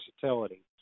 versatility